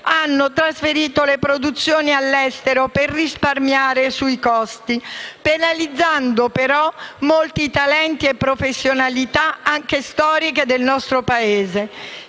hanno trasferito le produzioni all'estero per risparmiare sui costi, penalizzando però molti talenti e professionalità anche storiche del nostro Paese.